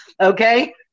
Okay